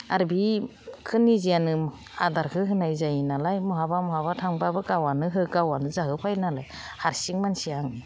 आरो बेखौ निजियानो आदारखौ होनाय जायो नालाय बहाबा बहाबा थांबाबो गावआनो हो गावआनो जाहोफैनाङो हारसिं मानसि आङो